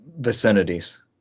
vicinities